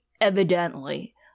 evidently